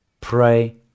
Pray